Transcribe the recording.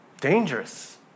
dangerous